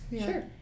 Sure